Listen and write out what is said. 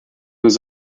was